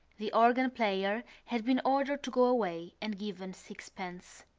the organ-player had been ordered to go away and given sixpence.